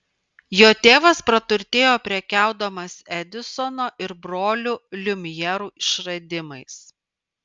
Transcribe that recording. jo tėvas praturtėjo prekiaudamas edisono ir brolių liumjerų išradimais